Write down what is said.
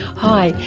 hi,